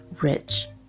rich